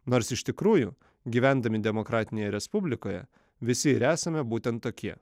nors iš tikrųjų gyvendami demokratinėje respublikoje visi ir esame būtent tokie